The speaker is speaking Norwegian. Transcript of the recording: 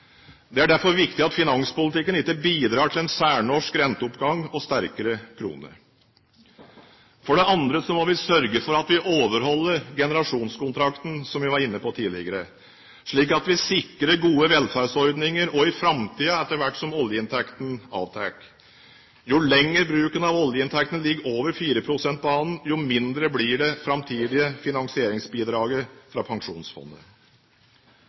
Det er derfor viktig at finanspolitikken ikke bidrar til en særnorsk renteoppgang og sterkere krone. For det andre må vi sørge for at vi overholder generasjonskontrakten, som vi var inne på tidligere, slik at vi sikrer gode velferdsordninger også i framtiden etter hvert som oljeinntektene avtar. Jo lenger bruken av oljeinntektene ligger over 4-prosentbanen, jo mindre blir det framtidige finansieringsbidraget fra Pensjonsfondet.